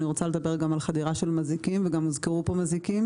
אני רוצה לדבר גם על חדירה של מזיקים וגם הוזכרו פה מזיקים,